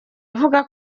avuga